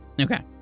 Okay